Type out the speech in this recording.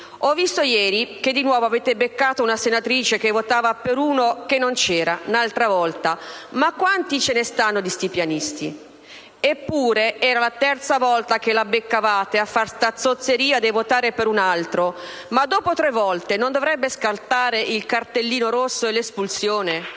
Ho visto ieri che di nuovo avete beccato una senatrice che votava per uno che non c'era... n'altra volta... ma quanti ce ne stanno di sti pianisti? E pure era la terza volta che la beccavate a fa sta zozzeria de votare per un altro... ma dopo tre volte non dovrebbe scattare il cartellino rosso e l'espulsione?